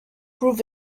proved